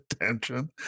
attention